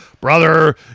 Brother